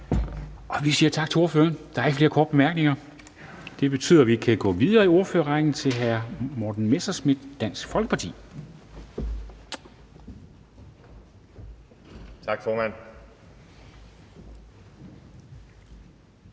Vi siger tak til ordføreren. Der er ikke flere korte bemærkninger. Det betyder, at vi kan gå videre i ordførerrækken til hr. Morten Messerschmidt, Dansk Folkeparti. Kl.